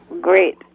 great